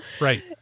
right